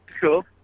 cool